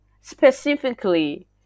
specifically